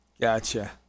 Gotcha